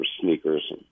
sneakers